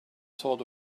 sort